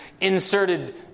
inserted